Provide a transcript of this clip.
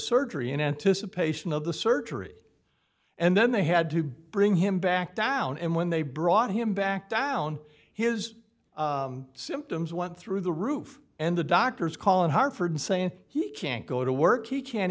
surgery in anticipation of the surgery and then they had to bring him back down and when they brought him back down his symptoms went through the roof and the doctors call in hartford saying he can't go to work he can't